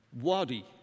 wadi